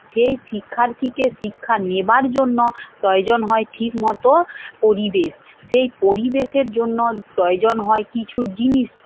সেই শিক্ষার্থীকে শিক্ষা নেওয়ার জন্য প্রয়োজন হয় ঠিক মতো পরিবেশ সেই পরিবেশের জন্য প্রয়োজন হয় কিছু জিনিস